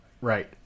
Right